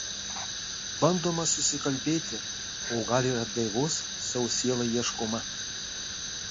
bandoma susikalbėti o gal ir atgaivos savo sielai ieškoma